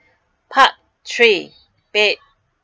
part three debate